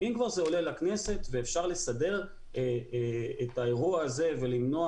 אם זה כבר עולה לכנסת ואפשר לסדר את האירוע הזה ולמנוע